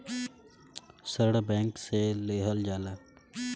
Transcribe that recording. ऋण बैंक से लेहल जाला